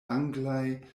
anglaj